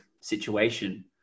situation